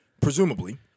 Presumably